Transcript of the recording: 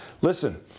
listen